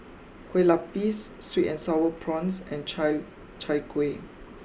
Kueh Lupis sweet and Sour Prawns and Chai Chai Kuih